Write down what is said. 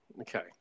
Okay